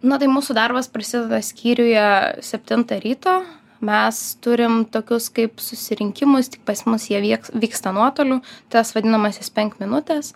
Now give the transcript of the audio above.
nu tai mūsų darbas prasideda skyriuje septintą ryto mes turim tokius kaip susirinkimus tik pas mus jie vieks vyksta nuotoliu tas vadinamąsias penkminutes